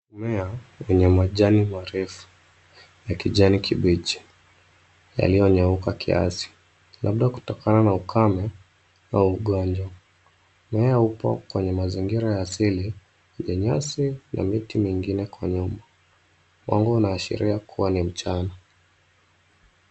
Mmea wenye majani marefu ya kijani kibichi yaliyonyauka kiasi, labda kutokana na ukame au ugonjwa. Mmea upo kwenye mazingira ya asili ya nyasi na miti mingine kwa nyuma. Mwanga unaashiria kuwa ni mchana.